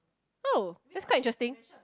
oh that's quite interesting